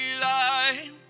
light